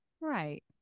right